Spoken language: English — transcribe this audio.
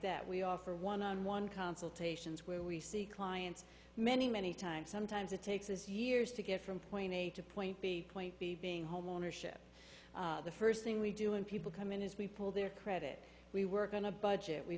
that we offer one on one consultations where we see clients many many times sometimes it takes as years to get from point a to point b point b being homeownership the first thing we do when people come in is we pull their credit we work on a budget we